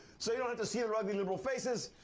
so you don't have to see their ugly liberal faces.